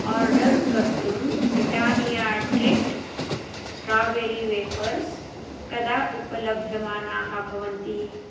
order कर्तुं Britannia treat strawberry wafers कदा उपलभ्यमानाः भवन्ति